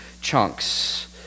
chunks